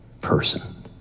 person